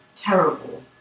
terrible